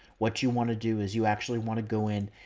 what you want to do is you actually want to go in,